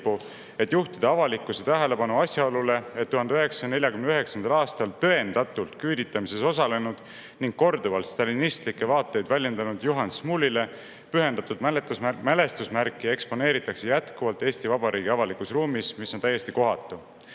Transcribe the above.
et juhtida avalikkuse tähelepanu asjaolule, et 1949. aastal tõendatult küüditamises osalenud ning korduvalt stalinistlikke vaateid väljendanud Juhan Smuulile pühendatud mälestusmärki eksponeeritakse jätkuvalt Eesti Vabariigi avalikus ruumis, ehkki see on täiesti kohatu.